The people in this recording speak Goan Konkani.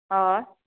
हय